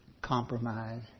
compromise